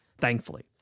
thankfully